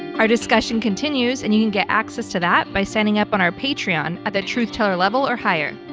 our discussion continues, and you can get access to that by signing up on our patreon at the truth teller level or higher.